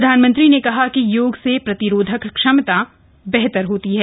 प्रधानमंत्री ने कहा कि योग से प्रतिरोधक शक्ति बेहतर होती है